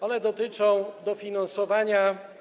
One dotyczą dofinansowania.